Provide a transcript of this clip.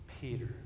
Peter